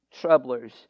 troublers